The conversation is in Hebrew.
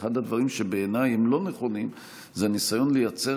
אחד הדברים שבעיניי הם לא נכונים זה הניסיון לייצר